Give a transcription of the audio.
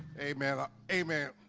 amen ah amen,